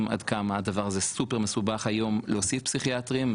עד כמה הדבר הזה סופר מסובך היום להוסיף פסיכיאטרים,